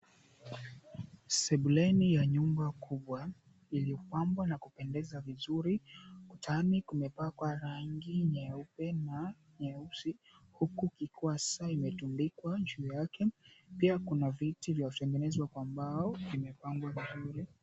Sebuleni ya nyumba kubwa ilipambwa na kupendeza vizuri, ukutani kumepakwa rangi nyeupe na nyeusi huku ikikua saa imetundikwa juu yake. Pia kuna viti vilivyotengenezwa kwa mbao vimepangwa vizuri.